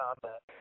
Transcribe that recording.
combat